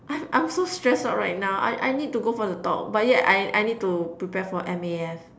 I I'm so stressed out right now I I need to go for the talk but yet I I need to prepare for M_A_F